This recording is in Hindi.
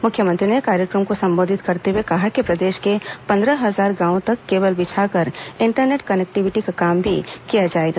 मुख्यमंत्री ने कार्यक्रम को संबोधित करते हुए कहा कि प्रदेश के पंद्रह हजार गांवों तक केबल बिछाकर इंटरनेट कनेक्टिविटी का काम भी किया जाएगा